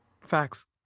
Facts